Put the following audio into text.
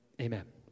amen